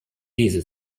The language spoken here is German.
diese